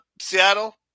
seattle